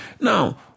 Now